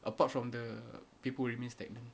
apart from the people who remain stagnant